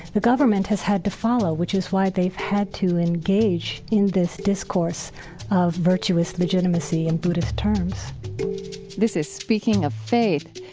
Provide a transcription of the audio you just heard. the government has had to follow, which is why they've had to engage in this discourse of virtuous legitimacy in buddhist terms this is speaking of faith.